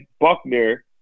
Buckner